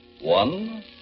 One